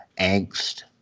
angst